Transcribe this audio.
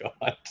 God